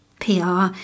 PR